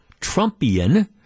Trumpian